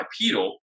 bipedal